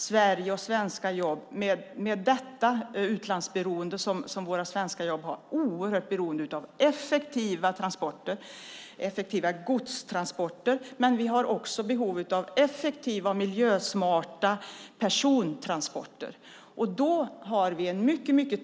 Sverige och svenska jobb med sitt utlandsberoende är naturligtvis oerhört beroende av effektiva godstransporter och effektiva och miljösmarta persontransporter.